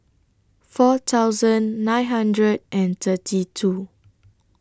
four thousand nine hundred and thirty two